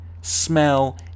smell